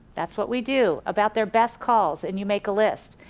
that's what we do, about their best calls, and you make a list,